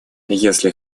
если